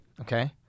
okay